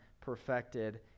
perfected